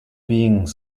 beings